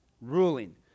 ruling